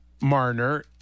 Marner